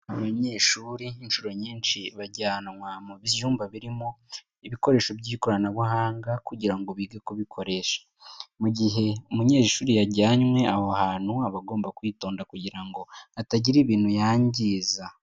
Abanyeshuri inshuro nyinshi bajyanwa mu byumba birimo ibikoresho by'ikoranabuhanga kugira ngo bige kubikoresha. Mu gihe umunyeshuri yajyanywe aho hantu aba agomba kwitonda kugira ngo hatagira ibintu yangiza.